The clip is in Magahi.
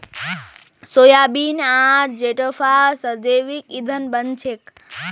सोयाबीन आर जेट्रोफा स जैविक ईंधन बन छेक